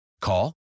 Call